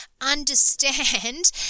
understand